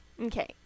Okay